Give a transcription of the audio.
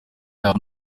yabo